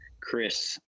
Chris